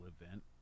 event